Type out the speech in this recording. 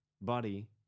body